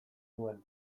nuen